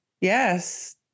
Yes